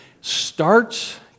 starts